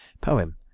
Poem